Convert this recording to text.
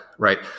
right